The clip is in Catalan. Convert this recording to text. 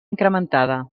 incrementada